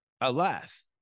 Alas